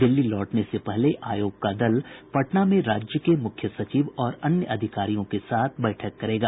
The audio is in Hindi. दिल्ली लौटने से पहले आयोग का दल पटना में राज्य के मुख्य सचिव और अन्य अधिकारियों के साथ भी बैठक करेगा